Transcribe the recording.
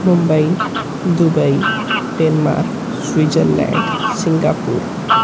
Mumbai Dubai Denmark Switzerland Singapore